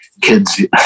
Kids